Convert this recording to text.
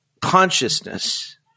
consciousness